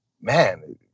man